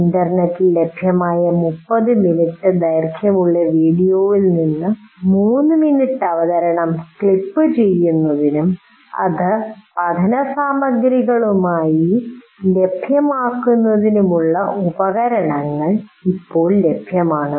ഇന്റർനെറ്റിൽ ലഭ്യമായ 30 മിനിറ്റ് ദൈർഘ്യമുള്ള വീഡിയോയിൽ നിന്ന് 3 മിനിറ്റ് അവതരണം ക്ലിപ്പ് ചെയ്യുന്നതിനും അത് പഠനസാമഗ്രികളായി ലഭ്യമാക്കുന്നതിനുമുള്ള ഉപകരണങ്ങൾ ഇപ്പോൾ ലഭ്യമാണ്